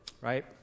Right